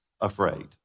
afraid